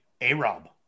A-Rob